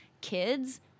Kids